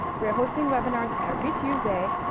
we are hosting webinars every tuesday.